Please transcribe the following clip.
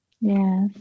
Yes